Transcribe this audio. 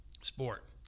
sport